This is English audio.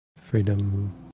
Freedom